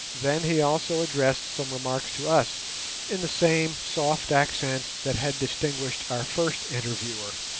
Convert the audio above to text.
then he also addressed some remarks to us in the same soft accents that had distinguished our first interviewer,